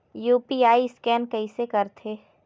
UPI scan कइसे करथे?